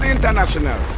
International